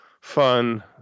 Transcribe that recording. fun